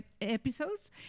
episodes